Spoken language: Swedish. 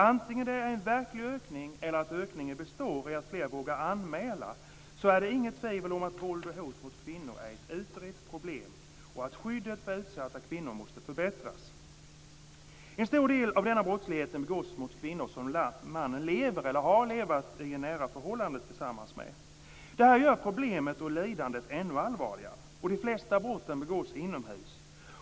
Antingen det är en verklig ökning eller en ökning som består av att fler vågar anmäla är det inget tvivel om att våld och hot mot kvinnor är ett utbrett problem och att skyddet för utsatta kvinnor måste förbättras. En stor del av denna brottslighet begås mot kvinnor som mannen lever tillsammans med eller har levt i ett nära förhållande med. Det gör problemet och lidandet ännu allvarligare. De flesta brotten begås inomhus.